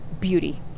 beauty